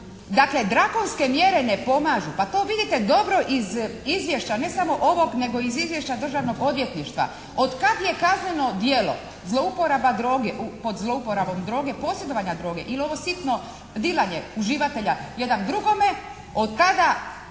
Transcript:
Dakle drakonske mjere ne pomažu, pa to vidite dobro iz izvješća ne samo ovog nego i izvješća Državnog odvjetništva. Od kad je kazneno djelo zlouporaba droge, pod zlouporabom droge posjedovanje droge ili ovo sitno dilanje uživatelja jedan drugome, od tada